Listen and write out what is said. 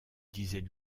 disait